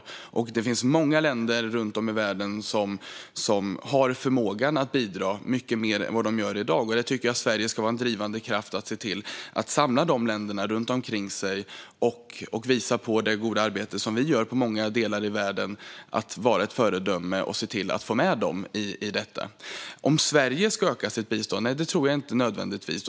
Det finns många länder runt om i världen som har förmågan att bidra mycket mer än vad de gör i dag, och jag tycker att Sverige ska vara en drivande kraft i att visa dessa länder det goda arbete som vi gör i många delar av världen. Vi ska vara ett föredöme och på så sätt få med dem i detta. Ska Sverige öka sitt bistånd? Nej, inte nödvändigtvis.